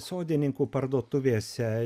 sodininkų parduotuvėse